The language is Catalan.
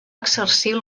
exercir